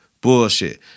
Bullshit